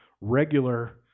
regular